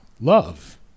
Love